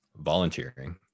volunteering